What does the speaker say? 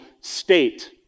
state